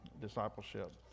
discipleship